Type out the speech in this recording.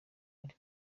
ari